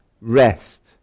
rest